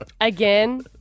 Again